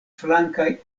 flankaj